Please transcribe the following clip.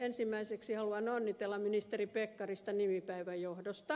ensimmäiseksi haluan onnitella ministeri pekkarista nimipäivän johdosta